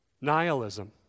nihilism